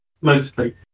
Mostly